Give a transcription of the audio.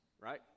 right